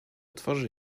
twarzy